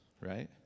right